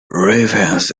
ravens